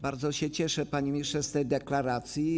Bardzo się cieszę, panie ministrze, z tej deklaracji.